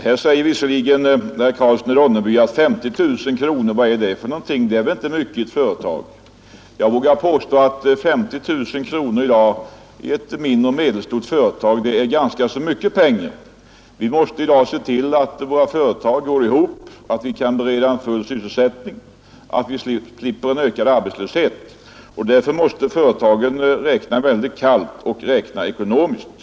Herr Karlsson i Ronneby säger att 50 000 kronor är väl inte mycket för ett företag, men jag vågar påstå att 50 000 kronor i dag är ganska mycket pengar för ett mindre eller medelstort företag. Vi måste ju se till att våra företag går ihop, att vi kan bereda full sysselsättning och slippa ökad arbetslöshet, och därför måste företagen räkna väldigt kallt och ekonomiskt.